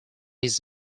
his